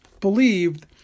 believed